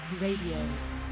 Radio